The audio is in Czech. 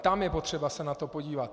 Tam je potřeba se na to podívat.